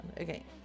Okay